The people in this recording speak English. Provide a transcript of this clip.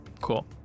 cool